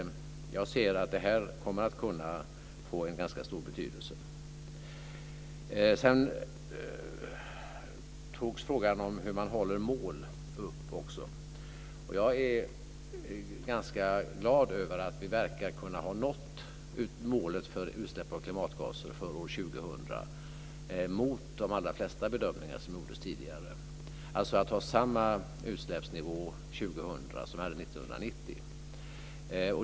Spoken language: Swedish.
Jag ser att det här kommer att kunna få en ganska stor betydelse. Sedan togs frågan om hur man håller mål upp. Jag är ganska glad över att vi verkar kunna ha nått målet för utsläpp av klimatgaser för år 2000, mot de allra flesta bedömningar som gjordes tidigare - målet att ha samma utsläppsnivå 2000 som vi hade 1990.